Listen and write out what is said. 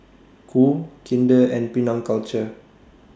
Qoo Kinder and Penang Culture